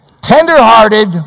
tenderhearted